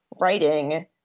writing